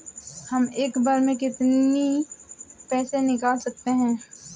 हम एक बार में कितनी पैसे निकाल सकते हैं?